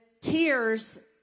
tears